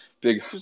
big